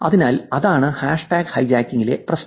അതിനാൽ അതാണ് hashtag hijacking ലെ പ്രശ്നം